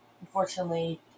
unfortunately